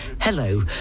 hello